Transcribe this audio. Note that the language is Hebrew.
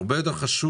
הרבה יותר חשוב